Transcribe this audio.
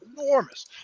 enormous